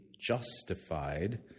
justified